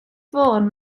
fôn